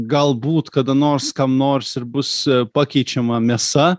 galbūt kada nors kam nors ir bus pakeičiama mėsa